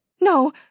No